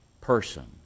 person